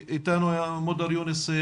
איתנו מודר יונס,